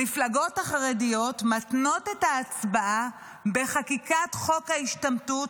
המפלגות החרדיות מתנות את ההצבעה בחקיקת חוק ההשתמטות,